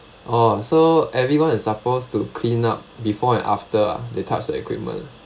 oh so everyone is supposed to clean up before and after they touch the equipment